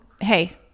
Hey